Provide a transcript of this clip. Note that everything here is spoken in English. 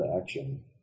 action